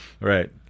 Right